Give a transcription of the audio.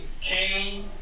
King